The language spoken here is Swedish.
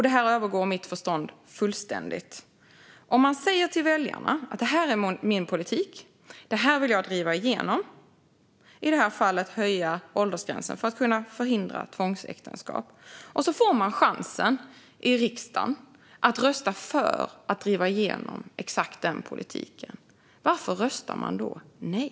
Det här övergår mitt förstånd fullständigt. Om man säger till väljarna att det här är min politik, det här vill jag driva igenom, nämligen att i det här fallet höja åldersgränsen för att förhindra tvångsäktenskap, och sedan får man chansen i riksdagen att rösta för att driva igenom exakt den politiken, varför röstar man då nej?